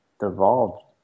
devolved